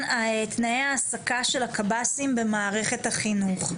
תנאי העסקה של הקב"סים במערכת החינוך.